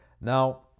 Now